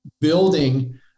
building